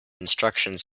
instructions